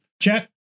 chat